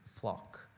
flock